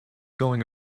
going